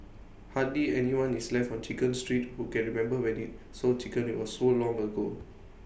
hardly anyone is left on chicken street who can remember when IT sold chickens IT was so long ago